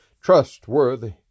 Trustworthy